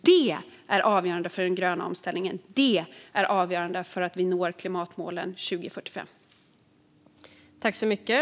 Det är avgörande för den gröna omställningen och avgörande för att vi ska nå klimatmålen 2045.